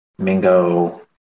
Mingo